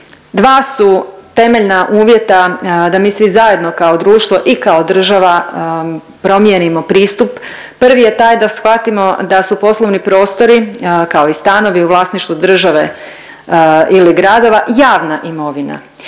Dva su temeljna uvjeta da mi svi zajedno kao društvo i kao država promijenimo pristup. Prvi je taj da shvatimo da su poslovni prostori, kao i stanovi, u vlasništvu države ili gradova javna imovina